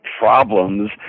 problems